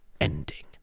ending